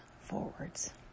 forwards